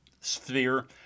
sphere